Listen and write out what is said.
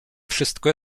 wszystko